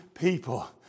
people